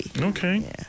okay